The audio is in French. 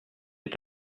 est